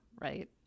right